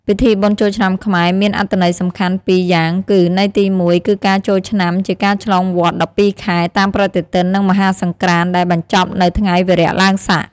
ពិធីបុណ្យចូលឆ្នាំខ្មែរមានអត្ថន័យសំខាន់ ២ យ៉ាងគឺ ន័យទី ១ គឺការចូលឆ្នាំជាការឆ្លងវដ្ត ១២ ខែ តាមប្រតិទិន និងមហាសង្ក្រាន្ត ដែលបញ្ចប់នៅថ្ងៃវារៈឡើងស័ក។